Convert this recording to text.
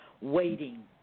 Waiting